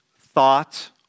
thought